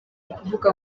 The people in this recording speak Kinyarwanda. kuvuga